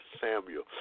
Samuel